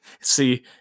See